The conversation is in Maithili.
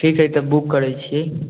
ठीक हइ तब बुक करै छिए